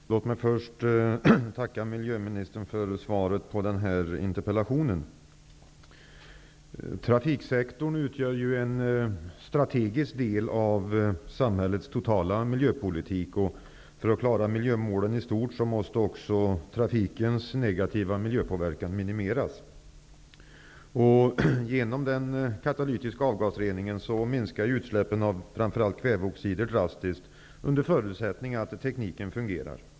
Fru talman! Låt mig först tacka miljöministern för svaret på denna interpellation. Trafiksektorn utgör en strategisk del av samhällets totala miljöpolitik. För att klara miljömålen i stort, måste också trafikens negativa miljöpåverkan minimeras. Genom den katalytiska avgasreningen minskar utsläppen av framför allt kväveoxider drastiskt, under förutsättning att tekniken fungerar.